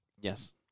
Yes